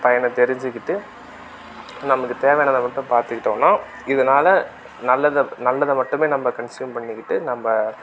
பயனை தெரிஞ்சுக்கிட்டு நமக்கு தேவையானதை மட்டும் பார்த்துக்கிட்டோன்னா இதனால நல்லது நல்லதை மட்டுமே நம்ம கன்ஸ்யூம் பண்ணிக்கிட்டு நம்ம